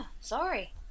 Sorry